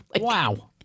wow